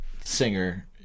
singer